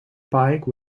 pike